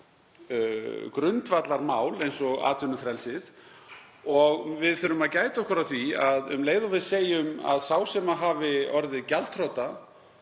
grundvallarmál eins og atvinnufrelsið. Við þurfum að gæta okkar á því að um leið og við segjum að sá sem hafi orðið gjaldþrota